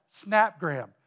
Snapgram